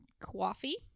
coffee